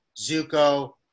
Zuko